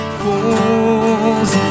fools